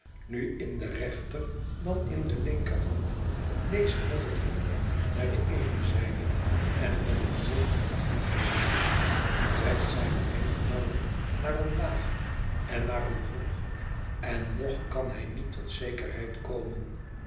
nu in de rechter dan in de linkerhand leest met het hoofd naar de eene zijde en met het hoofd naar de andere zijde trekt zijne wenkbrauwen naar omlaag en naar omhoog en nog kan hij niet tot zekerheid komen